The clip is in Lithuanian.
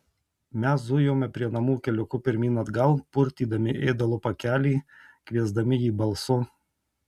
mes zujome prie namų keliuku pirmyn atgal purtydami ėdalo pakelį kviesdami jį balsu